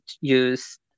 use